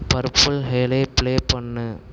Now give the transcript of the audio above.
purple ஹேலை play பண்ணு